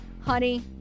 honey